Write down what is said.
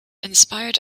inspired